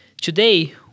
Today